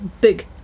big